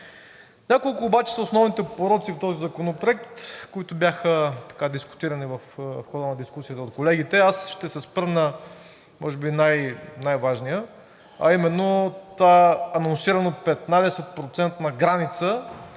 Няколко обаче са основните пороци в този законопроект, които бяха дискутирани в хода на дискусията от колегите. Аз ще се спра на може би най-важния, а именно тази анонсирана 15-процентна граница